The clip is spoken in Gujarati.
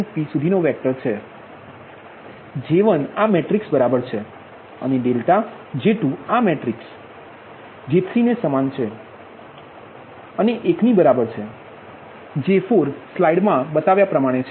∆Qnp સુધીનો વેક્ટર છે અને J1 આ મેટ્રિક્સ બરાબર છે અને ડેલ્ટા J2આ મેટ્રિક્સ J3ને સમાન છે અને તે એકની બરાબર છે અને J4સ્લાઇડ મા બતાવ્યા પ્રમાણે છે